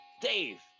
Dave